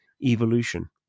evolution